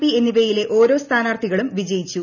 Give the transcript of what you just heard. P എന്നിവ യിലെ ഓരോ സ്ഥാനാർത്ഥികളും വിജയിച്ചു